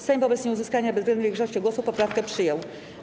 Sejm wobec nieuzyskania bezwzględnej większości głosów poprawkę przyjął.